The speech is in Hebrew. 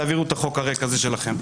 תעבירו את החוק הריק הזה שלכם.